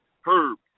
Herb